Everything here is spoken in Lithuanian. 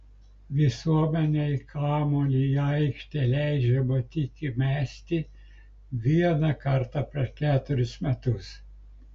visuomenei kamuolį į aikštę leidžiama tik įmesti vieną kartą per keturis metus